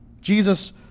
Jesus